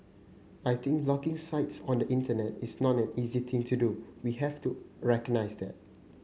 I think blocking sites on the Internet is not an easy thing to do we have to recognise that